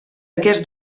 aquests